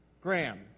Graham